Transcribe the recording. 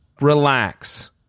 relax